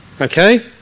okay